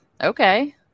okay